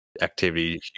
activity